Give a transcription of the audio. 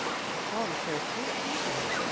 chiffon tears so easily.